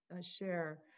share